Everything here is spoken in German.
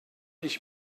ich